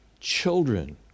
children